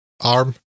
arm